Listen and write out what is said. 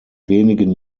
wenigen